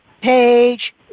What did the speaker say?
page